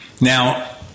Now